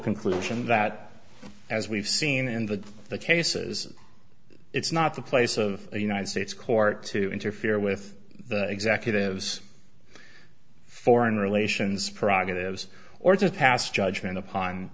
conclusion that as we've seen and with the cases it's not the place of the united states court to interfere with the executives foreign relations prerogatives or to pass judgment upon